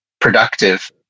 productive